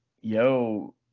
Yo